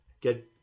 get